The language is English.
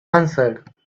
answered